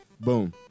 boom